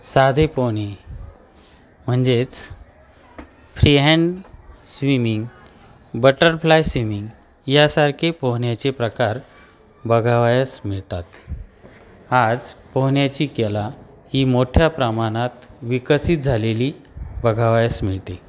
साधे पोहणे म्हणजेच फ्रीहँड स्विमिंग बटरफ्लाय स्विमिंग यासारखे पोहण्याचे प्रकार बघावायस मिळतात आज पोहण्याची कला ही मोठ्या प्रमाणात विकसित झालेली बघावायस मिळते